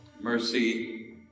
mercy